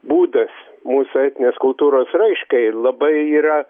būdas mūsų etninės kultūros raiškai labai yra